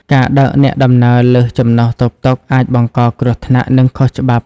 ការដឹកអ្នកដំណើរលើសចំណុះតុកតុក អាចបង្កគ្រោះថ្នាក់ និងខុសច្បាប់។